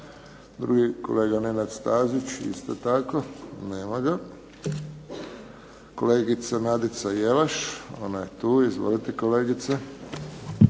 Drugi kolega Nenad Stazić. Isto tako, nema ga. Kolegica Nadica Jelaš. Ona je tu. Izvolite kolegice.